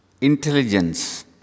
Intelligence